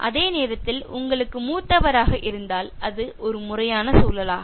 அதேசமயம் உங்களுக்கு மூத்தவராக இருந்தால் அது ஒரு முறையான சூழலாகும்